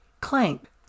Clank